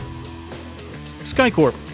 SkyCorp